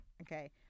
Okay